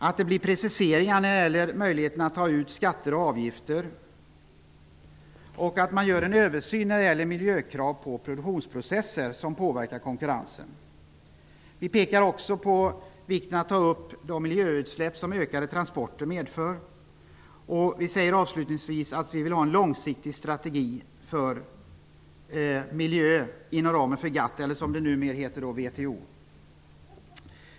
Det behövs vidare preciseringar av möjligheterna att ta ut skatter och avgifter och en översyn av sådana miljökrav på produktionsprocesser som påverkar konkurrensen. Vi pekar också på vikten av att ta upp de miljöutsläpp som ökade transporter medför, och vi säger avslutningsvis att vi vill ha en långsiktig miljöstrategi för den del av GATT-avtalet som numera ligger under WTO.